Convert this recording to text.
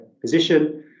position